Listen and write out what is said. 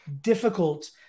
difficult